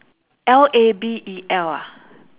L A B E L ah